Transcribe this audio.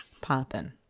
popping